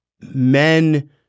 men